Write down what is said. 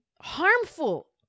Harmful